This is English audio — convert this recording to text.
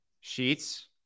Sheets